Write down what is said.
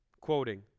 quoting